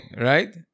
right